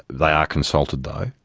they are consulted though,